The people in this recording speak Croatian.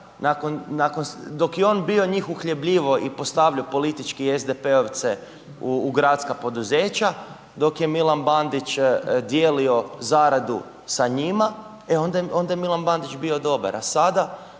dok je on bio njih uhljebljivao i postavljao politički SDP-ovce u gradska poduzeća, dok je Milan Bandić dijelio zaradu sa njima, e onda je Milan Bandić bio dobar, a sada,